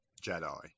Jedi